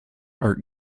art